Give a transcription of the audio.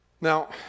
now